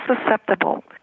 susceptible